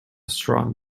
strong